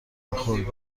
میخوردیم